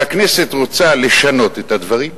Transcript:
והכנסת רוצה לשנות את הדברים,